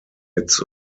its